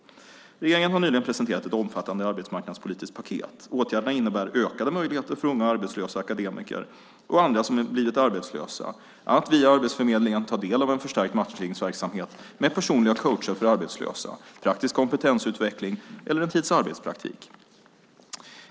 Regeringen har nyligen presenterat ett omfattande arbetsmarknadspolitiskt paket. Åtgärderna innebär ökade möjligheter för unga arbetslösa akademiker och andra som blivit arbetslösa att via Arbetsförmedlingen ta del av en förstärkt matchningsverksamhet med personliga coacher för arbetslösa, praktisk kompetensutveckling eller en tids arbetspraktik.